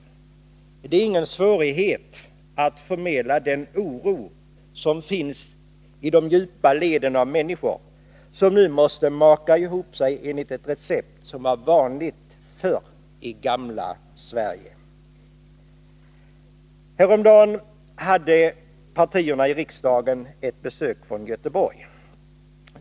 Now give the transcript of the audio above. Det är ingen svårighet att förmedla den oro som finns i de djupa leden av människor som nu måste maka ihop sig, enligt ett recept som var vanligt förr i gamla Sverige. Häromdagen hade partierna i riksdagen ett besök från Göteborg.